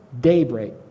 daybreak